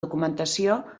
documentació